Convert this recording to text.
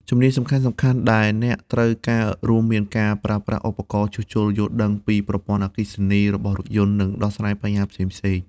ជំនាញសំខាន់ៗដែលអ្នកត្រូវការរួមមាន ការប្រើប្រាស់ឧបករណ៍ជួសជុល យល់ដឹងពីប្រព័ន្ធអគ្គិសនីរបស់រថយន្ត និងដោះស្រាយបញ្ហាផ្សេងៗ។